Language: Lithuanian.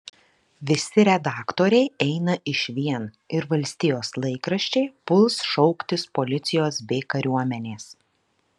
visi redaktoriai eina išvien ir valstijos laikraščiai puls šauktis policijos bei kariuomenės